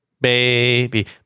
Baby